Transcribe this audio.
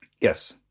Yes